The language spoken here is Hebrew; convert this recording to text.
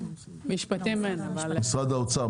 משרד האוצר,